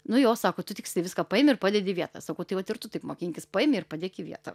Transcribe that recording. nu jo sako tu tiksliai viską paimi ir padedi į vietą sakau tai vat ir tu taip mokinkis paėmei ir padėk į vietą